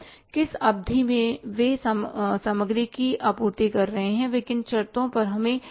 किस अवधि में वे उन्हें सामग्री की आपूर्ति कर रहे हैं वे किन शर्तों पर हमें सामग्री की आपूर्ति कर रहे हैं